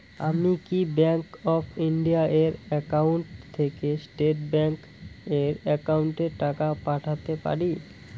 আমি কি bank of India এর একাউন্ট থেকে স্টেট ব্যাংক এর একাউন্টে টাকা পাঠাতে পারি?